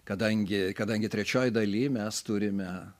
kadangi kadangi trečioj daly mes turime